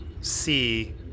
see